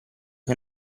che